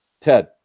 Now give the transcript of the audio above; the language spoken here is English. Ted